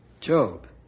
Job